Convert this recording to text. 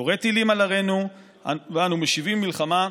יורה טילים על ערינו ואנו משיבים מלחמה,